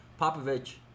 Popovich